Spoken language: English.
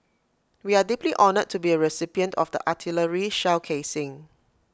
we are deeply honoured to be A recipient of the artillery shell casing